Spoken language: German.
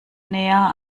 näher